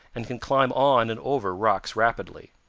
and can climb on and over rocks rapidly.